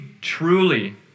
truly